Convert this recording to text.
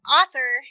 author